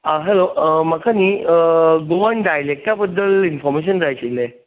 आं हॅलो म्हाका न्ही गोवन डायलॅक्टा बद्दल इनफाॅर्मेशन जाय आशिल्लें